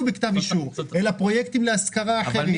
בכתב אישור אלא פרויקטים להשכרה אחרים.